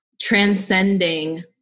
transcending